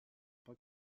pas